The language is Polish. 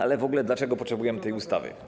Ale w ogóle dlaczego potrzebujemy tej ustawy?